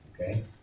Okay